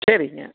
சரிங்க